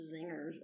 zingers